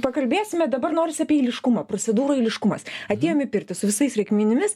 pakalbėsime dabar norsi apie eiliškumą prosedūrų eiliškumas atėjom į pirtį su visais reikmenimis